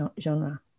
genre